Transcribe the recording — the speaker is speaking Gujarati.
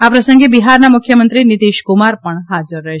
આ પ્રસંગે બિહારના મુખ્યમંત્રી નીતિશકુમાર પણ હાજર રહેશે